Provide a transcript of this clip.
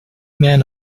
men